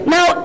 Now